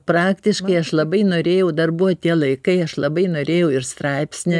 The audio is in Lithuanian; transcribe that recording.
praktiškai aš labai norėjau dar buvo tie laikai aš labai norėjau ir straipsnį